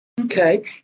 Okay